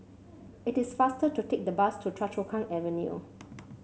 it is faster to take the bus to Choa Chu Kang Avenue